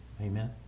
amen